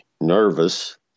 nervous